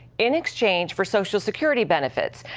in exchange for social security benefits.